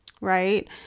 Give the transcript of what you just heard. Right